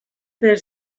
fer